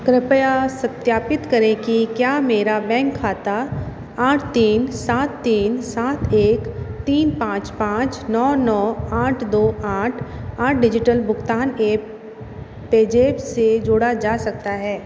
कृपया सत्यापित करें कि क्या मेरा बैंक खाता आठ तीन सात तीन सात एक तीन पाँच पाँच नौ नौ आठ दो आठ आठ डिज़िटल भुगतान ऐप पेज़ैप से जोड़ा जा सकता है